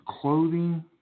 clothing